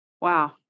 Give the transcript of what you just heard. Wow